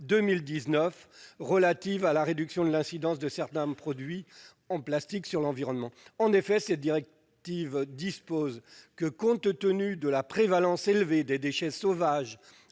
relative à la réduction de l'incidence de certains produits en plastique sur l'environnement. En effet, cette directive dispose que, « compte tenu de la prévalence élevée des déchets sauvages